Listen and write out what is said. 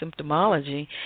symptomology